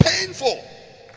painful